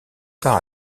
part